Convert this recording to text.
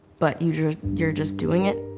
but you just, you're just doing it?